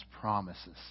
promises